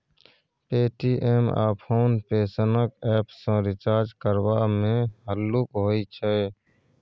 Paytm आ PhonePe सनक app सँ रिचार्ज करबा मे हल्लुक होइ छै